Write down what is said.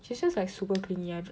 she just like super clingy ah